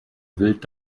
wild